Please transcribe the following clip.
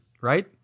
Right